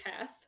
path